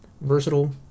versatile